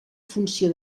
funció